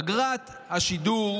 אגרת השידור